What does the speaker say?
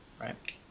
right